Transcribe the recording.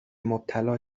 مبتلا